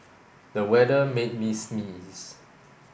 the weather made me sneeze